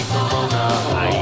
Corona